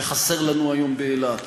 שחסר לנו היום באילת,